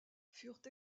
furent